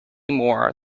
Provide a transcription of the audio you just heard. more